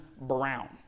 Brown